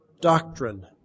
doctrine